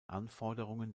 anforderungen